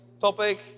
topic